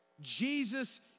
Jesus